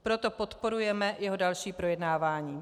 Proto podporujeme jeho další projednávání.